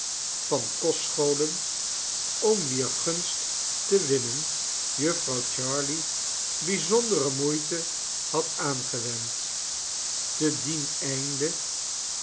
van kostscholen om wier gunst te winnen jufvrouw jarley bijzondere moeite had aangewend te dien einde